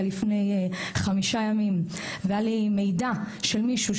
לפני חמישה ימים והיה לי מידע של מישהו,